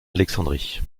alexandrie